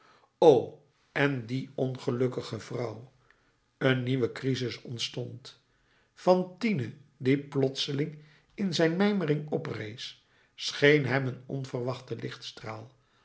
o en die ongelukkige vrouw een nieuwe crisis ontstond fantine die plotseling in zijn mijmering oprees scheen hem een onverwachte